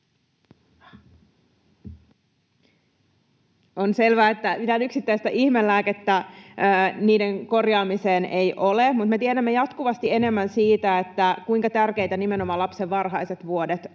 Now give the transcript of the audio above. On selvä, että mitään yksittäistä ihmelääkettä niiden korjaamiseen ei ole, mutta me tiedämme jatkuvasti enemmän siitä, kuinka tärkeitä nimenomaan lapsen varhaiset vuodet